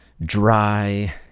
dry